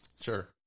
Sure